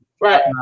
right